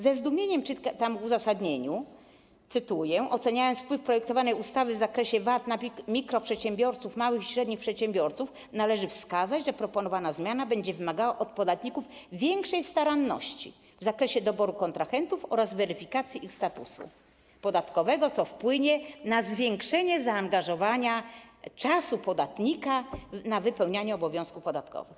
Ze zdumieniem czytam w uzasadnieniu, cytuję: Oceniając wpływ projektowanej ustawy w zakresie ustawy o VAT na mikroprzedsiębiorców, małych i średnich przedsiębiorców, należy wskazać, że proponowana zmiana będzie wymagała od podatników większej staranności w zakresie doboru kontrahentów oraz weryfikacji ich statusu podatkowego, co wpłynie na zwiększenie zaangażowania czasu podatnika w zakresie wypełniania obowiązków podatkowych.